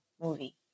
movie